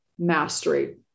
Mastery